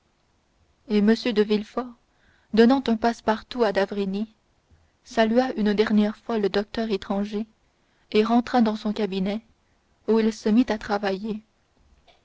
et m de villefort donnant un passe-partout à d'avrigny salua une dernière fois le docteur étranger et rentra dans son cabinet où il se mit à travailler